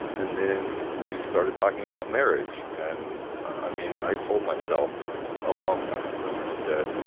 and then we started talking about marriage. and i mean, i told myself a long time ago that,